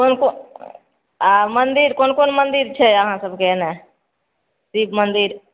कोन कोन आ मन्दिर कोन कोन मन्दिर छै अहाँ सबके एने शिव मन्दिर